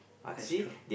that's true